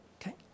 okay